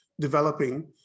developing